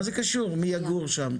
מה זה קשור מי יגור שם?